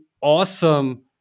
awesome